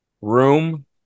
Room